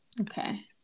okay